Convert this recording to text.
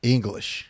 English